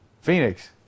Phoenix